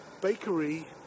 Bakery